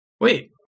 wait